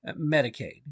Medicaid